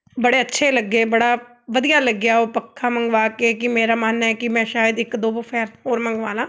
ਬੜੇ ਅੱਛੇ ਲੱਗੇ ਬੜਾ ਵਧੀਆ ਲੱਗਿਆ ਉਹ ਪੱਖਾ ਮੰਗਵਾ ਕੇ ਕਿ ਮੇਰਾ ਮਨ ਹੈ ਕਿ ਮੈਂ ਸ਼ਾਇਦ ਇੱਕ ਦੋ ਫੈਨ ਹੋਰ ਮੰਗਵਾ ਲਾ